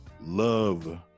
love